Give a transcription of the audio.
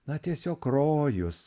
na tiesiog rojus